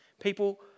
People